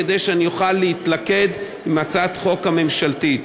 כדי שאני אוכל להתלכד עם הצעת החוק הממשלתית.